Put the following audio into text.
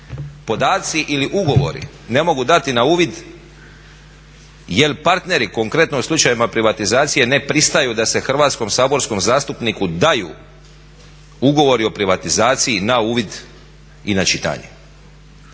podaci ili ugovori ne mogu dati na uvid jer partneri konkretno u slučajevima privatizacije ne pristaju da se hrvatskom saborskom zastupniku daju ugovori o privatizaciji na uvid i na čitanje.